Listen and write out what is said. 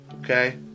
Okay